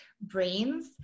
brains